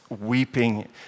weeping